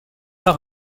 par